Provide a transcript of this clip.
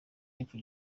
y’epfo